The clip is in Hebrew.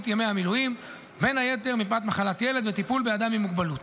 ימי המילואים בין היתר מפאת מחלת ילד וטיפול באדם עם מוגבלות.